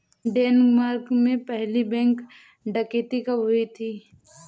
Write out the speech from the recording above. Denmark में पहली bank डकैती कब हुई थी?